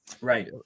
Right